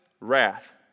wrath